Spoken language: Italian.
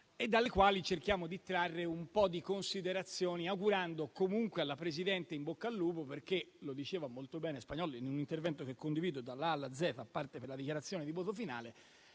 e dalle quali cerchiamo di trarre un po' di considerazioni, augurando comunque alla Presidente in bocca al lupo, perché - lo diceva molto bene Spagnolli in un intervento che condivido dalla A alla Z, a parte la dichiarazione di voto finale